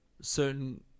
certain